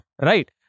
right